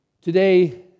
Today